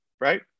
right